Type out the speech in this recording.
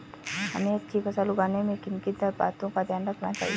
हमें अच्छी फसल उगाने में किन किन बातों का ध्यान रखना चाहिए?